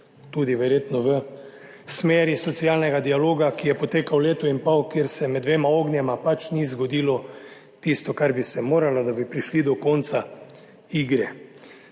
tudi verjetno v socialnem dialogu, ki je potekal leto in pol, kjer se med dvema ognjema pač ni zgodilo tisto, kar bi se moralo, da bi prišli do konca igre.